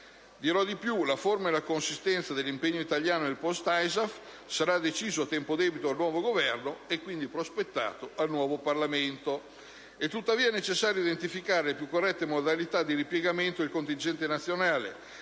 Dirò di più: la forma e la consistenza dell'impegno italiano nel *post* ISAF saranno decise a tempo debito dal nuovo Governo e quindi prospettate al nuovo Parlamento. È tuttavia necessario identificare le più corrette modalità di ripiegamento del contingente nazionale,